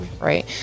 right